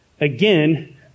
Again